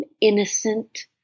innocent